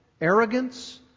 arrogance